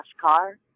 car